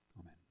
Amen